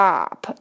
up